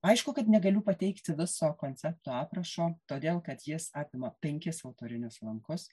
aišku kad negaliu pateikti viso koncepto aprašo todėl kad jis apima penkis autorinius lankus